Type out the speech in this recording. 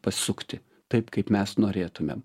pasukti taip kaip mes norėtumėm